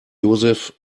joseph